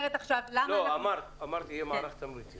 אמרת שיהיה מערך תמריצים